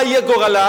מה יהיה גורלה,